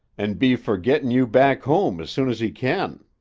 an' be fer gettin' you back home as soon as he can.